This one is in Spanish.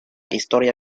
historia